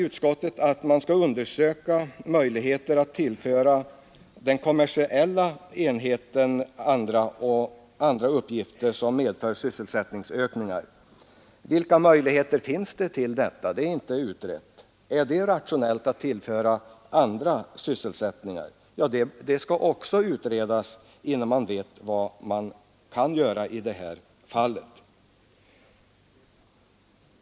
Utskottet säger att man skall undersöka möjligheten att tillföra den kommersiella enheten andra uppgifter vilka medför sysselsättningsökningar. Vilka möjligheter finns för det? Ja, det är inte utrett. Också frågan om det är rationellt att tillföra verksamheten andra uppgifter borde utredas innan man vet vad man kan göra i detta fall.